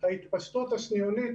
ההתפשטות השניונית